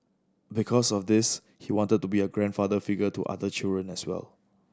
because of this he wanted to be a grandfather figure to other children as well